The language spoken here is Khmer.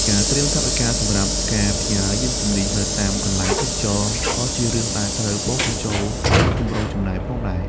ការត្រៀមថវិកាសម្រាប់ការផ្ញើយានជំនិះនៅតាមកន្លែងទេសចរណ៍ ក៏ជារឿងដែលត្រូវបូកបញ្ចូលក្នុងគម្រោងចំណាយផងដែរ។